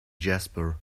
jasper